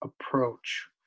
approach